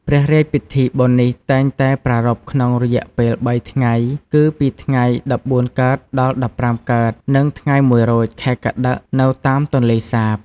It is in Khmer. ព្រះរាជពិធីបុណ្យនេះតែងតែប្រារព្ធក្នុងរយៈពេល៣ថ្ងៃគឺពី ថ្ងៃ១៤ កើត ដល់ ១៥កើត និងថ្ងៃ១រោចខែកត្តិក នៅតាមទន្លេសាប។